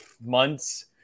months